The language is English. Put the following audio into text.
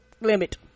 limit